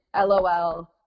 LOL